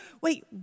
wait